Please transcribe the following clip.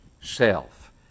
self